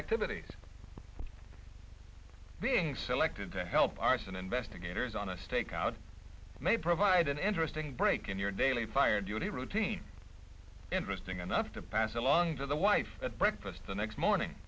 activities being selected to help arson investigators on a stakeout may provide an interesting break in your daily fire duty routine interesting enough to pass along to the wife at breakfast the next morning